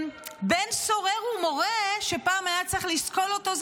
בן סורר ומורה שפעם היה צריך לסקול אותו,